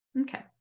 okay